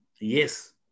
Yes